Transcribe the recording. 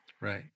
Right